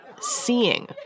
seeing